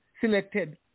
selected